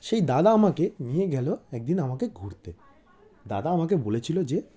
সেই দাদা আমাকে নিয়ে গেল একদিন আমাকে ঘুরতে দাদা আমাকে বলেছিল যে